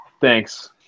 Thanks